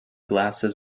glasses